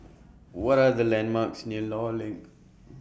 What Are The landmarks near law LINK